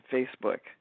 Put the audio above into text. Facebook